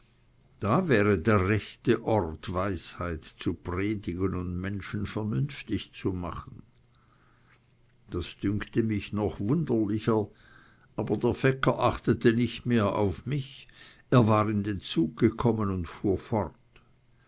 da wäre der rechte ort weisheit zu predigen und menschen vernünftig zu machen das dünkte mich noch wunderlicher aber der fecker achtete nicht mehr auf mich er war in den zug gekommen und fuhr fort